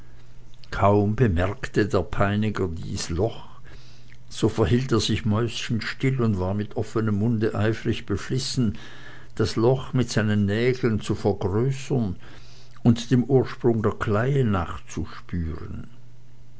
kaum bemerkte der peiniger dies loch so verhielt er sich mäuschenstill und war mit offenem munde eifrig beflissen das loch mit seinen nägeln zu vergrößern und dem ursprung der kleie nachzuspüren